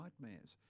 nightmares